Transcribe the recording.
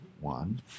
one